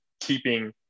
keeping